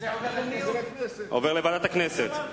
אז זה עובר, עובר לוועדת הכנסת.